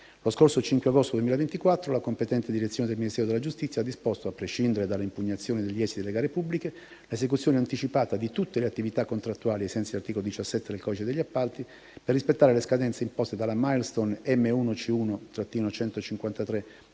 Lo scorso 5 agosto 2024 la competente direzione del Ministero della giustizia ha disposto, a prescindere dalle impugnazioni degli esiti delle gare pubbliche, l'esecuzione anticipata di tutte le attività contrattuali, ai sensi dell'articolo 17 del codice degli appalti, per rispettare le scadenze imposte dalla *milestone* M1C1-153